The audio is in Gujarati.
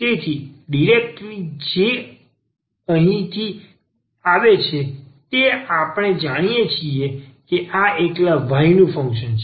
તેથી ડિરેક્ટરી કેસ જે અહીંથી જ આવે છે તે આપણે જાણીએ છીએ કે આ એકલા y નું ફંક્શન છે